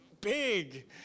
big